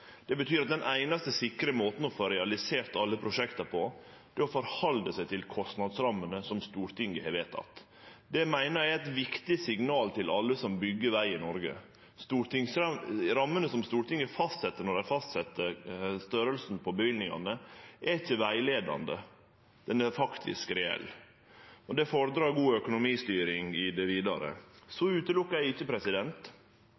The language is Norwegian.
at den einaste sikre måten å få realisert alle prosjekta på er å halde seg til kostnadsrammene som Stortinget har vedteke. Det meiner eg er eit viktig signal til alle som byggjer veg i Noreg. Rammene som Stortinget fastset for storleiken på løyvingane, er ikkje rettleiande, dei er faktisk reelle, og det fordrar god økonomistyring i det vidare.